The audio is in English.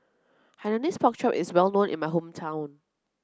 Hainanese pork chop is well known in my hometown